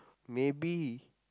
maybe